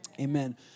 Amen